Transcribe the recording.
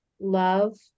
love